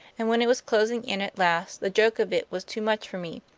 and when it was closing in at last the joke of it was too much for me,